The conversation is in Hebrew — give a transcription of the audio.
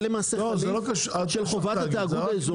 זה למעשה -- של חובת התיאגוד האזורית.